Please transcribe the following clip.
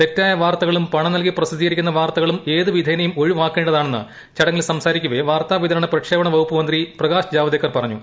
തെറ്റായ വാർത്തകളും പണം നല്കി പ്രസിദ്ധീകരിക്കുന്ന വാർത്തകളും വിധേനയും ഏത് ഒഴിവാക്കേണ്ടതാണെന്ന് സംസാരിക്കവെ വാർത്താവിതരണ പ്രക്ഷേപണ വകുപ്പു മന്ത്രി പ്രകാശ് ജാവ്ദേകർ പറഞ്ഞു